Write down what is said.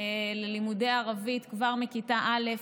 ללימודי ערבית כבר מכיתה א',